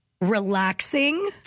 Relaxing